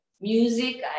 music